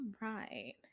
right